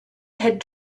had